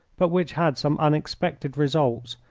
but which had some unexpected results,